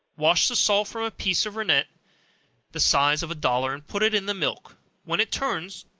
wash the salt from a piece of rennet the size of a dollar, and put it in the milk when it turns,